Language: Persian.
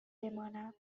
بمانم